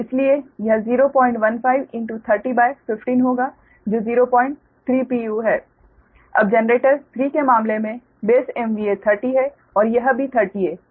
इसलिए यह 01530 15 होगा जो 030 pu है अब जनरेटर 3 के मामले में बेस MVA 30 है और यह भी 30 है